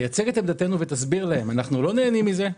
תייצג את עמדתנו ותסביר להם, אנחנו לא נהנים מזה,